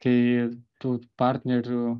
tai tų partnerių